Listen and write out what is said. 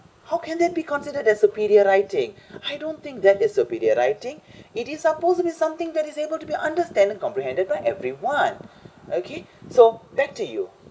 how can that be considered as superior writing I don't think that is superior writing it is supposedly something that is able to be understand and comprehended by everyone okay so back to you